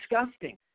disgusting